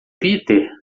peter